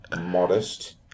modest